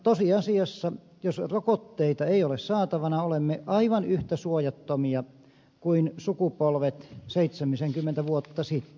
tosiasiassa jos rokotteita ei ole saatavana olemme aivan yhtä suojattomia kuin sukupolvet seitsemisenkymmentä vuotta sitten